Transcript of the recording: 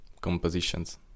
compositions